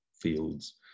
fields